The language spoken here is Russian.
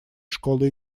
школы